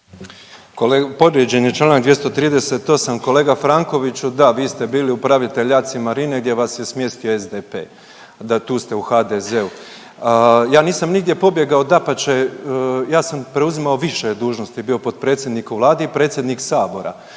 povrijeđen je čl. 238., kolega Frankoviću da, vi ste bili upraviltej ACI Marine gdje vas je smjestio SDP, da, tu ste u HDZ-u. Ja nisam nigdje pobjegao, dapače ja sam preuzimao više dužnosti, bio potpredsjednik u Vladi i predsjednik sabora,